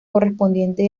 correspondiente